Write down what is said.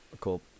Cool